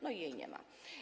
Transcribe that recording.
No i jej nie ma.